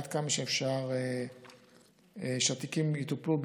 עד כמה שאפשר שהתיקים יטופלו ביעילות,